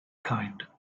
kind